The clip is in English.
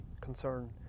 concern